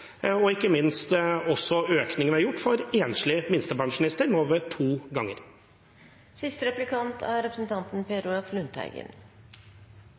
og ikke minst også økningen vi har gjort for enslige minstepensjonister, nå to